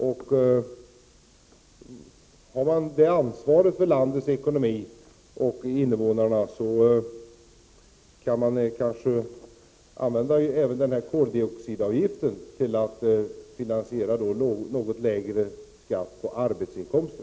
Om man har ansvaret för landets ekonomi och för invånarna kan man kanske använda även koldioxidavgiften till att finansiera en något lägre skatt på arbetsinkomster.